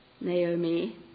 Naomi